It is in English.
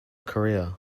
career